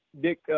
Dick